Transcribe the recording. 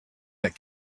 that